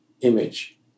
image